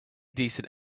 decent